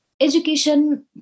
education